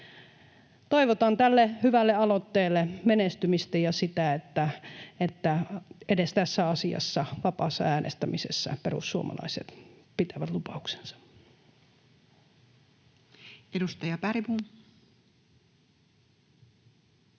Toivotan tälle hyvälle aloitteelle menestymistä ja sitä, että edes tässä asiassa, vapaassa äänestyksessä, perussuomalaiset pitävät lupauksensa.